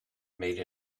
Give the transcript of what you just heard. made